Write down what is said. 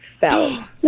fell